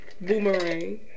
Boomerang